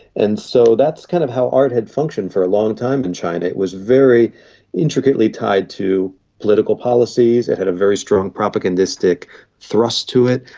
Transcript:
and so that's kind of how art had functioned for a long time in china. it was very intricately tied to political policies, it had a very strong propagandistic thrust to it,